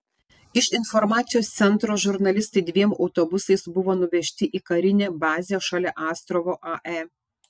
iš informacijos centro žurnalistai dviem autobusais buvo nuvežti į karinę bazę šalia astravo ae